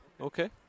okay